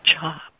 job